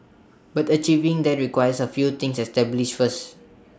but achieving that requires A few things established first